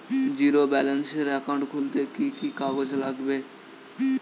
Zero ব্যালেন্সের account খুলতে কি কি কাগজ লাগবে?